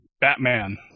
Batman